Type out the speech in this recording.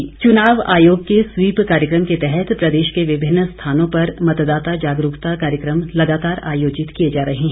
SVEEP चुनाव आयोग के स्वीप कार्यक्रम के तहत प्रदेश के विभिन्न स्थानों पर मतदाता जागरूकता कार्यक्रम लगातार आयोजित किए जा रहे हैं